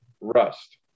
Rust